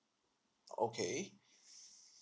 okay